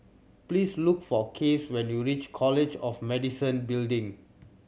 please look for Case when you reach College of Medicine Building